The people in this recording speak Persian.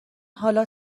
حالا